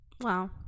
Wow